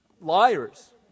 liars